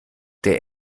der